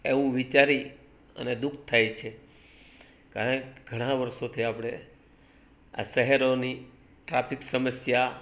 એવું વિચારી અને દુખ થાય છે કારણ ઘણા વર્ષોથી આપણે આ શહેરોની ટ્રાફિક સમસ્યા